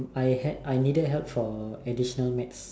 I had I needed help for additional maths